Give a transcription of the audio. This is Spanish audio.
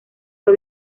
fue